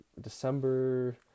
December